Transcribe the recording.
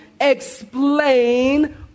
Explain